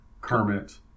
Kermit